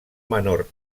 menor